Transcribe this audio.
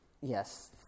Yes